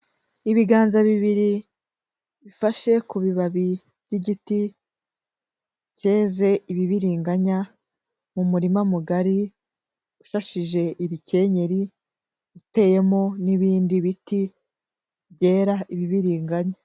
Ibiganza bibiri bifashe ku bibabi by'igiti cyeze ibibiriganya, mu murima mugari ushashije ibikenyeri, uteyemo n'ibindi biti byera ibibiringanya.